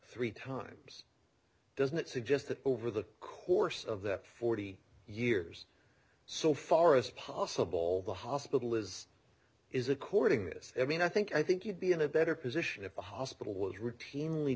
three times doesn't it suggest that over the course of that forty years so far as possible the hospital is is according this i mean i think i think you'd be in a better position if the hospital was routinely